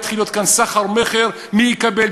יתחיל להיות כאן סחר-מכר מי יקבל,